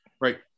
right